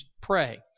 pray